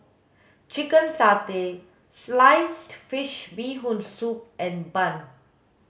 chicken satay sliced fish bee hoon soup and bun